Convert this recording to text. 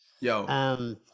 Yo